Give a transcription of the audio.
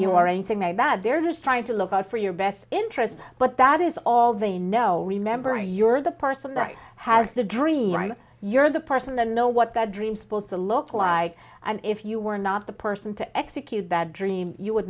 you or anything like that they're just trying to look out for your best interest but that is all they know remember you're the person that has the dream you're the person and know what that dream supposed to look like and if you were not the person to execute that dream you would